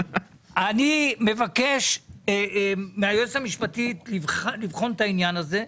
אני מבקש מהיועצת המשפטית לבחון את העניין הזה.